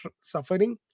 suffering